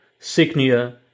Signia